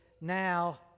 now